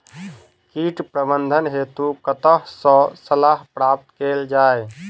कीट प्रबंधन हेतु कतह सऽ सलाह प्राप्त कैल जाय?